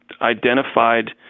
identified